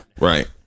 Right